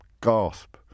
gasp